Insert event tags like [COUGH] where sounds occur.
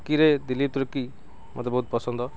[UNINTELLIGIBLE] ଦିଲ୍ଲୀପ ତୁର୍କି ମତେ ବହୁତ ପସନ୍ଦ